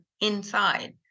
inside